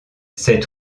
cet